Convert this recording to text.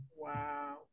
wow